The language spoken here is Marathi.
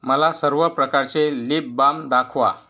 मला सर्व प्रकारचे लिप बाम दाखवा